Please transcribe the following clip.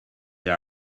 they